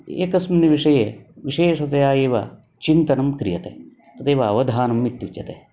एकस्मिन् विषये विशेषतया एव चिन्तनं क्रियते तदेव अवधानम् इत्युच्यते